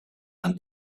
aan